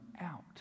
out